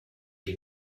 die